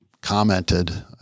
commented